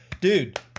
Dude